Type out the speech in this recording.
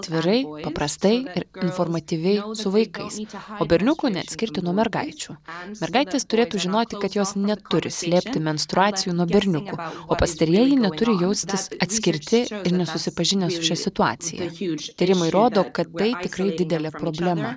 atvirai paprastai ir informatyviai su vaikais o berniukų neatskirti nuo mergaičių mergaitės turėtų žinoti kad jos neturi slėpti menstruacijų nuo berniukų o pastarieji neturi jaustis atskirti ir nesusipažinę su šia situacija tyrimai rodo kad tai tikrai didelė problema